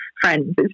friends